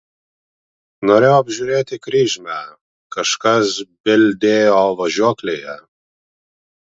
norėjau apžiūrėti kryžmę kažkas bildėjo važiuoklėje